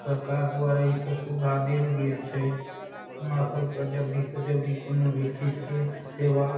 सरकार द्वारा ईसभ सुविधा देल गेल छै हमरासभकऽ जल्दीसँ जल्दी कोनो भी चीजकऽ सेवा